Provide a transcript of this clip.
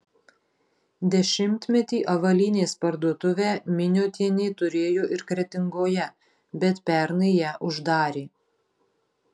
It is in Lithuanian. dešimtmetį avalynės parduotuvę miniotienė turėjo ir kretingoje bet pernai ją uždarė